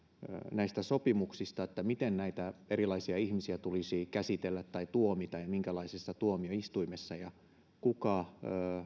näistä sopimuksista siitä miten näitä erilaisia ihmisiä tulisi käsitellä tai tuomita ja ja minkälaisessa tuomioistuimessa ja kuka